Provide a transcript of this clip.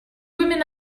women